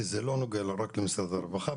כי זה לא נוגע רק למשרד הרווחה.